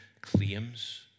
claims